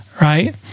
right